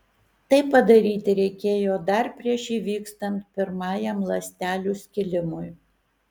tai padaryti reikėjo dar prieš įvykstant pirmajam ląstelių skilimui